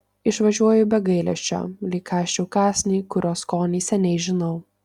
išvažiuoju be gailesčio lyg kąsčiau kąsnį kurio skonį seniai žinau